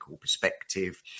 perspective